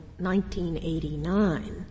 1989